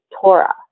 Torah